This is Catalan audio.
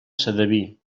sedaví